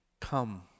Come